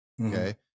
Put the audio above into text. Okay